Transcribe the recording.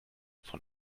von